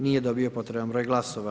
Nije dobio potreban broj glasova.